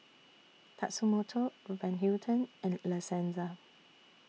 Tatsumoto Van Houten and La Senza